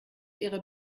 ihrer